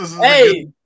Hey